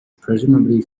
presumably